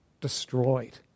destroyed